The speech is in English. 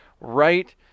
right